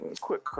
quick